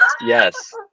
yes